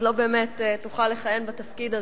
אז לא באמת תוכל לכהן בתפקיד הזה.